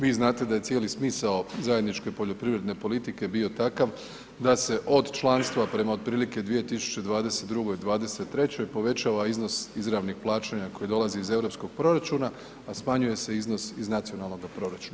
Vi znate da je cijeli smisao zajedničke poljoprivredne politike bio takav da se od članstva prema otprilike 2022., '23. povećava iznos izravnih plaćanja koji dolazi iz europskog proračuna, a smanjuje se iznos iz nacionalnoga proračuna.